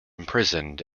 imprisoned